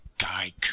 Guy